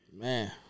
Man